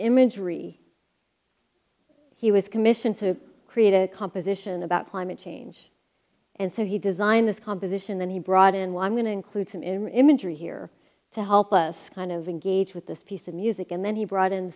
imagery he was commissioned to create a composition about climate change and so he designed this composition and he brought in well i'm going to include some imagery here to help us kind of engage with this piece of music and then he brought in